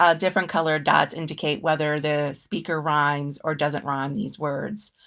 ah different colored dots indicate whether the speaker rhymes or doesn't rhyme these words.